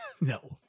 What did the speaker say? No